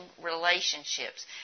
relationships